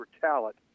talent